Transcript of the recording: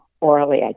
orally